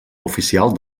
oficial